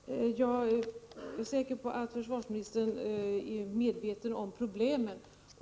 Herr talman! Jag är säker på att försvarsministern är medveten om problemen.